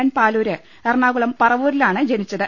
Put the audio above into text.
N Paloor Ernakulam പറവൂരിലാണ് ജനിച്ചത്